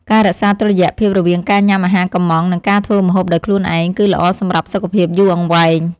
ការរក្សាតុល្យភាពរវាងការញ៉ាំអាហារកុម្ម៉ង់ និងការធ្វើម្ហូបដោយខ្លួនឯង គឺល្អសម្រាប់សុខភាពយូរអង្វែង។